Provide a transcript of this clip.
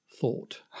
thought